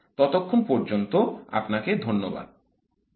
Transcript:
ততক্ষণ পর্যন্ত আপনাকে অনেক ধন্যবাদ